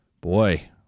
Boy